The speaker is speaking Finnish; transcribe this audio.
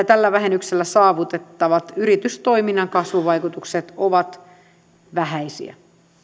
tällä vähennyksellä saavutettavat yritystoiminnan kasvuvaikutukset ovat vähäisiä